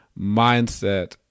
mindset